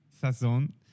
saison